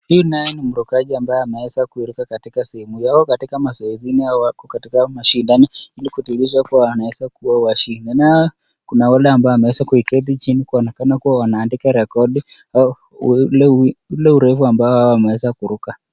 Huyu naye ni mrukaji ambaye anaweza kuruka katika sehemu hio, ako katila mazoezini ili kudihirisha wanaweza kushinda, na kuweza kua washindi, na, kuna yule ambaye ameweza kuiketi chini kuonekana kuwa wanaandika rekodi, wa ule u, ule urefu ambae wameweza kuruka.